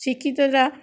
শিক্ষিতরা